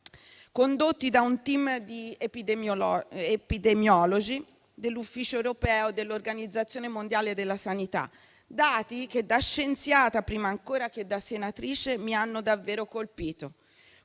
elaborati da un *team* di epidemiologi dell'ufficio europeo dell'Organizzazione mondiale della sanità; dati che da scienziata, prima ancora che da senatrice, mi hanno davvero colpito: